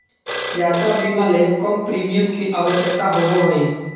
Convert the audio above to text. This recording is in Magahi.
यात्रा बीमा ले कम प्रीमियम के आवश्यकता होबो हइ